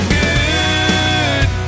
good